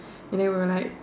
and then we were like